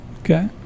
Okay